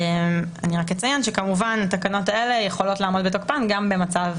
אני רק אציין שכמובן התקנות האלה יכולות לעמוד בתוקפן גם במצב